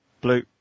Blue